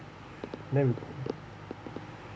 and then we